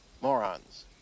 Morons